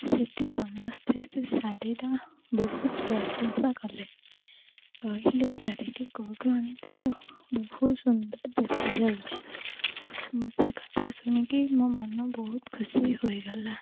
ସେଇଠି ସମସ୍ତେ ସେ ଶାଢ଼ୀର ବହୁତ ପ୍ରଶଂସା କଲେ କହିଲେ ଏ ଶାଢ଼ୀଟି କେଉଁଠୁ ଆଣିଥିଲୁ ବହୁତ୍ ସୁନ୍ଦର ଦେଖାଯାଉଛି ମୋତେ ଏ କଥା ଶୁଣିକି ମୋ ମନ ବହୁତ୍ ଖୁସି ହୋଇଗଲା